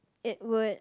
it would